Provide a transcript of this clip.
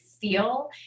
feel